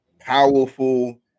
powerful